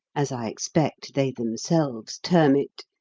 as i expect they themselves term it,